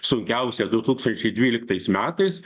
sunkiausia du tūkstančiai dvyliktais metais